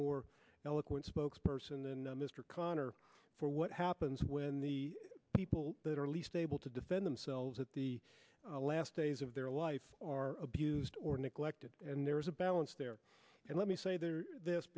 more eloquent spokesperson than mr connor for what happens when the people that are least able to defend themselves at the last days of their life are abused or neglected and there is a balance there and let me say th